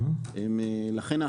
לכן,